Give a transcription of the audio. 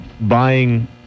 buying